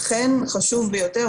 לכן חשוב ביותר,